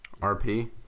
RP